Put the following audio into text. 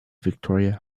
victoria